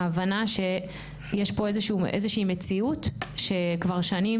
ההבנה שיש פה איזשהו איזה שהיא מציאות שכבר שנים,